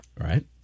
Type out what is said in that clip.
right